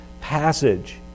passage